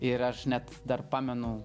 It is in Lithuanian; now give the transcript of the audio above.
ir aš net dar pamenu